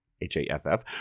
H-A-F-F